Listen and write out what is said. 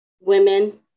women